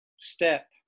step